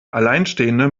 alleinstehende